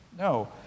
No